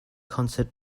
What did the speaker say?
concert